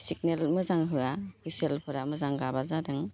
signal मोजां होआ हुइसेलफोरा मोजां गाबा जादों